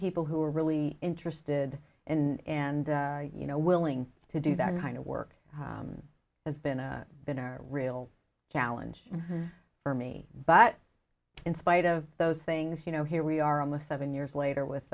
people who are really interested in and you know willing to do that kind of work has been a real challenge for me but in spite of those things you know here we are almost seven years later with